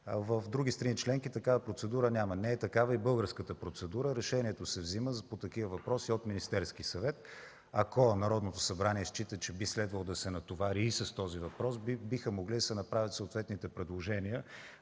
В други страни членки такава процедура няма. Не е такава и българската процедура – решението по такива въпроси се взема от Министерския съвет. Ако Народното събрание счита, че би следвало да се натовари и с този въпрос, биха могли да се направят съответните предложения.